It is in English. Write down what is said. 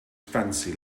fancy